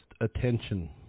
attention